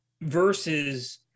versus